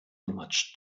much